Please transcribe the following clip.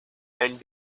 and